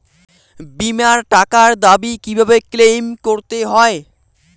বিমার টাকার দাবি কিভাবে ক্লেইম করতে হয়?